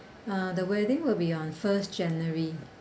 uh the wedding will be on first january